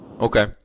Okay